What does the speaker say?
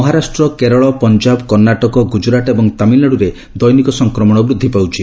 ମହାରାଷ୍ଟ୍ର କେରଳ ପଞ୍ଜାବ କର୍ଣ୍ଣାଟକ ଗୁଜରାଟ ଏବଂ ତାମିଲନାଡୁରେ ଦୈନିକ ସଂକ୍ରମଣ ବୃଦ୍ଧି ପାଉଛି